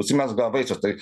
užsimezga vaisius tai